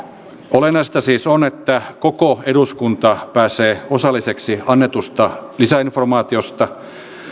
olennaista siis on että koko eduskunta pääsee osalliseksi annetusta lisäinformaatiosta